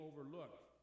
overlooked